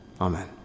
amen